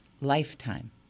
lifetime